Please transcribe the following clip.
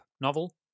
novel